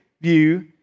view